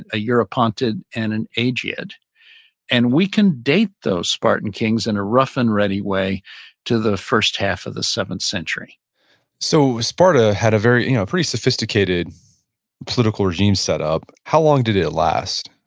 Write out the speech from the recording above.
ah yeah eropaunted and an aged and we can date those spartan kings and a rough and ready way to the first half of the seventh century so sparta had a very you know pretty sophisticated political regime setup. how long did it last?